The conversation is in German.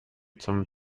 zum